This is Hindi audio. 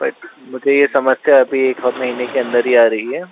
बट मुझे ये समस्या अभी एक महीने के अंदर ही आ रही है